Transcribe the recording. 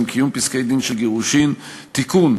(קיום פסקי-דין של גירושין) (תיקון,